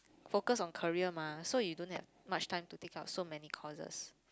focus on career mah so you don't have much time to take care of so many courses